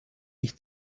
ich